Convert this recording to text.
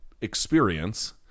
experience